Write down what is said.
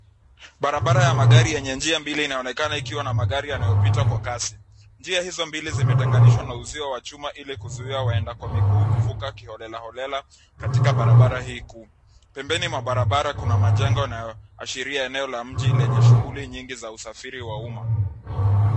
Barabara ya magari yenye njia mbili inaonakana ikiwa na magari yanayopita kwa kasi. Njia hizo mbili zimetenganishwa na uzio wa chuma ili kuzuia waenda kwa miguu kuvuka kiholelaholela katika barabara hii kuu. Pembeni mwa barabara kuna majengo yanayoashiria eneo la mji lenye shughuli nyingi za usafiri wa umma.